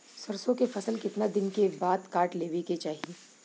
सरसो के फसल कितना दिन के बाद काट लेवे के चाही?